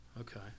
Okay